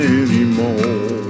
anymore